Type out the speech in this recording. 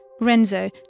Renzo